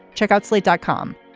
check out slate dot com.